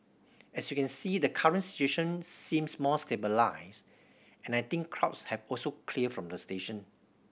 as you can see the current situation seems more stabilised and I think crowds have also cleared from the station